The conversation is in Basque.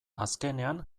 azkenean